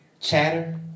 Chatter